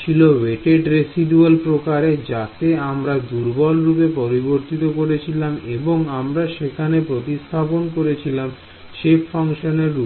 ছিল weighted residual প্রকারে যাকে আমরা দুর্বল রূপে পরিবর্তিত করেছিলাম এবং আমরা সেখানে প্রতিস্থাপন করেছিলাম সেপ ফাংশন এর রূপে